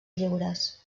lliures